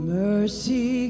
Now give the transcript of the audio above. mercy